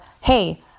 hey